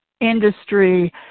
industry